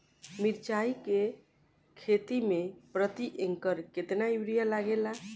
मिरचाई के खेती मे प्रति एकड़ केतना यूरिया लागे ला?